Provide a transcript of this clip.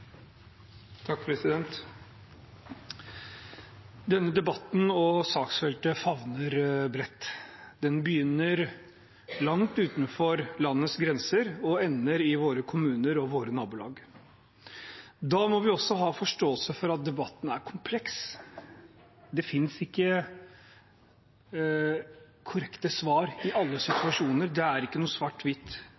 Denne debatten og dette saksfeltet favner bredt. Den begynner langt utenfor landets grenser og ender i våre kommuner og våre nabolag. Da må vi også ha forståelse for at debatten er kompleks. Det finnes ikke korrekte svar i alle